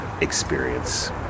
experience